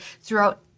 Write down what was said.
throughout